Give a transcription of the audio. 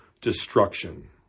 destruction